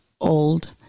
old